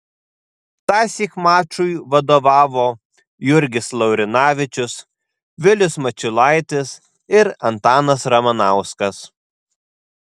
tąsyk mačui vadovavo jurgis laurinavičius vilius mačiulaitis ir antanas ramanauskas